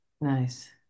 Nice